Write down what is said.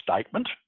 statement